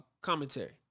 commentary